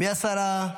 מי השר?